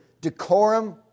Decorum